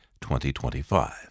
2025